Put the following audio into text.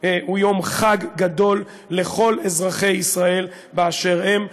הוא יום חג גדול לכל אזרחי ישראל באשר הם.